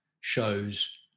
shows